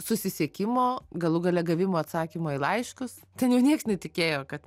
susisiekimo galų gale gavimo atsakymo į laiškus ten jau nieks netikėjo kad